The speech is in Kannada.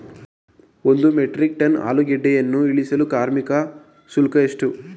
ಒಂದು ಮೆಟ್ರಿಕ್ ಟನ್ ಆಲೂಗೆಡ್ಡೆಯನ್ನು ಇಳಿಸಲು ಕಾರ್ಮಿಕ ಶುಲ್ಕ ಎಷ್ಟು?